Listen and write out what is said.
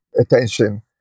attention